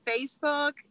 Facebook